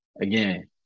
again